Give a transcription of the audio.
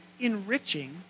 enriching